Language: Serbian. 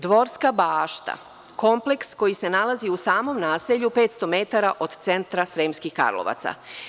Dvorska bašta – kompleks koji se nalazi u samom naselju, 500 metara od centra Sremskih Karlovaca.